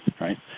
right